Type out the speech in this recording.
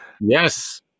yes